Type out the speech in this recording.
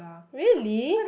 really